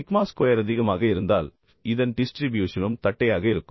sigma square அதிகமாக இருந்தால் இதன் டிஸ்ட்ரிபியூஷனும் தட்டையாக இருக்கும்